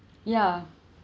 ya